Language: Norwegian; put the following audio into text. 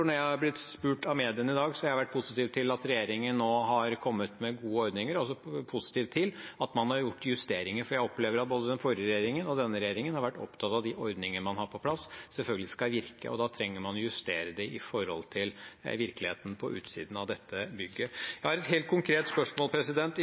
når jeg har blitt spurt av mediene i dag, har jeg vært positiv til at regjeringen nå har kommet med gode ordninger, og positiv til at man har gjort justeringer. For jeg opplever at både den forrige regjeringen og denne regjeringen har vært opptatt av at de ordningene man har fått på plass, skal virke. Da trenger man å justere dem i forhold til virkeligheten på utsiden av dette